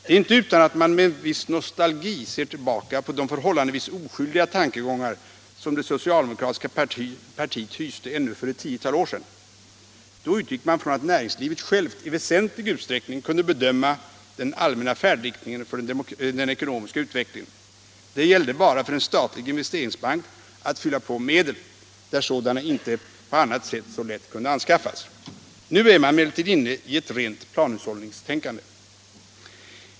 Det är inte utan att man med en viss nostalgi ser tillbaka på de förhållandevis oskyldiga tankegångar som det socialdemokratiska partiet hyste ännu för ett tiotal år sedan. Då utgick man ifrån att näringslivet självt i väsentlig utsträckning kunde bedöma den allmänna färdriktningen för den ekonomiska utvecklingen. Det gällde bara för en statlig investeringsbank att fylla på medel där sådana inte på annat sätt så lätt kunde anskaffas. Nu är man emellertid inne i ett rent planhushållningstänkande.